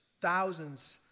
thousands